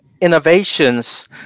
innovations